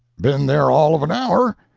been there all of an hour!